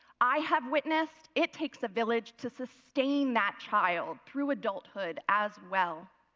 i have witnessed it takes a village to sustain that child through adulthood, as well.